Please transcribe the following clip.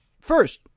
first